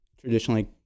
traditionally